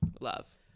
Love